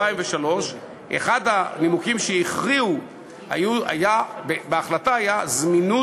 אחד הנימוקים שהכריעו בהחלטה היה זמינות